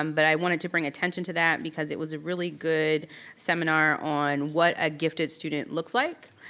um but i wanted to bring attention to that because it was a really good seminar on what a gifted student looks like.